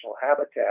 habitat